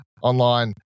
online